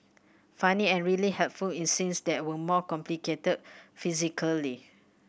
funny and really helpful in scenes that were more complicated physically